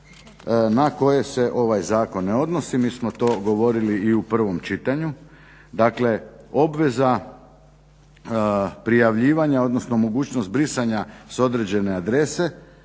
na koje se ovaj zakon ne odnosi. Mi smo to govorili i u prvom čitanju, dakle obveza prijavljivanja odnosno mogućnost brisanja s određene adrese